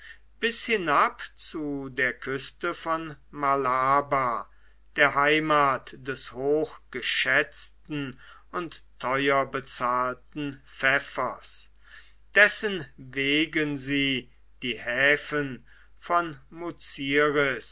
bis hinab zu der küste von malabar der heimat des hoch geschätzten und teuer bezahlten pfeffers dessen wegen sie die häfen von